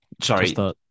sorry